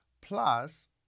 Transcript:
plus